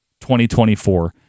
2024